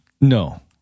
No